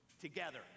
Together